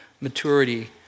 maturity